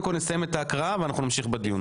קודם כל נסיים את ההקראה ואנחנו נמשיך את הדיון.